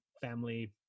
family